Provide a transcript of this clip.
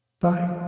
Bye